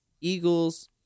Eagles